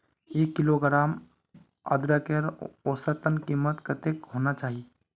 एक किलोग्राम अदरकेर औसतन कीमत कतेक होना चही?